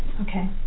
Okay